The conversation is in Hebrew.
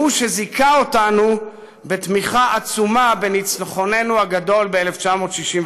והוא שזיכה אותנו בתמיכה עצומה בניצחוננו הגדול ב-1967.